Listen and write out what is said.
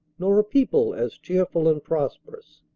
nor a people as cheerful and prosperous.